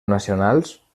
nacionals